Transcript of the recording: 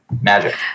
Magic